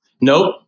Nope